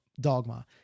dogma